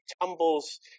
tumbles